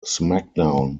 smackdown